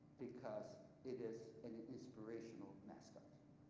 because it is an inspirational mascot.